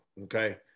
Okay